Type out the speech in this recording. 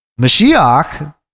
mashiach